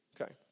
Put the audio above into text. Okay